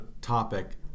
topic